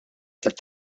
tat